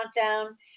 countdown